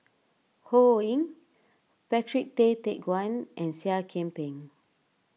Ho Ying Patrick Tay Teck Guan and Seah Kian Peng